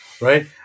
right